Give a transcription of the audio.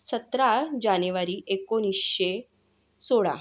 सतरा जानेवारी एकोणीसशे सोळा